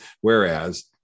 whereas